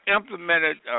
implemented